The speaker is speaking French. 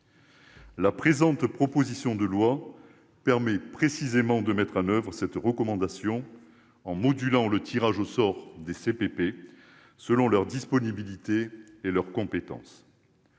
La présente proposition de loi permet précisément de mettre en oeuvre cette recommandation, en modulant le tirage au sort des CPP selon leur disponibilité et leur compétence.